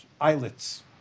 islets